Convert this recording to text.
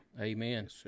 Amen